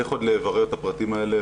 צריך עוד לברר את הפרטים האלה